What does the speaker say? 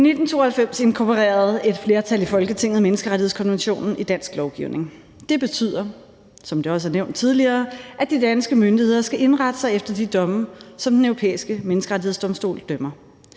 1992 inkorporerede et flertal i Folketinget menneskerettighedskonventionen i dansk lovgivning. Det betyder, som det også er nævnt tidligere, at de danske myndigheder skal indrette sig efter de domme, som Den Europæiske Menneskerettighedsdomstol afgiver.